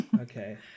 Okay